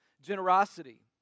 generosity